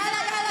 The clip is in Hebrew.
"יאללה יאללה",